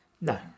No